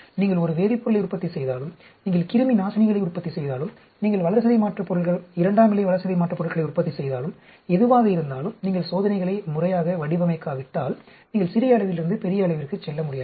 நீங்கள் ஒரு வேதிப்பொருளை உற்பத்தி செய்தாலும் நீங்கள் கிருமிநாசினிகளை உற்பத்தி செய்தாலும் நீங்கள் வளர்சிதை மாற்றப் பொருள்கள் இரண்டாம் நிலை வளர்சிதை மாற்றப் பொருள்களை உற்பத்தி செய்தாலும் எதுவாக இருந்தாலும் நீங்கள் சோதனைகளை முறையாக வடிவமைக்காவிட்டால் நீங்கள் சிறிய அளவில் இருந்து பெரிய அளவிற்கு செல்ல முடியாது